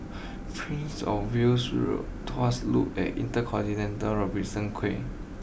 Prince of Wales Road Tuas Loop and InterContinental Robertson Quay